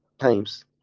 times